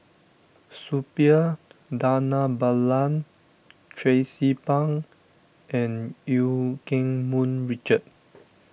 Suppiah Dhanabalan Tracie Pang and Eu Keng Mun Richard